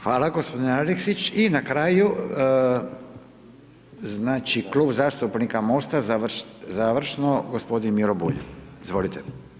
Hvala gospodine Aleksić i na kraju znači Klub zastupnika MOST-a završno gospodin Miro Bulj, izvolite.